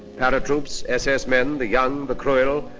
paratroops, ss men, the young, the cruel,